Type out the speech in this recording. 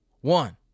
one